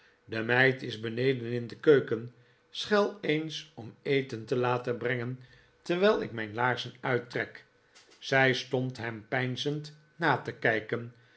de meid is beneden in de keuken schel eens om eten te laten brengen terwijl ik mijn laarzen uittrek zij stond hem peinzend na te kijken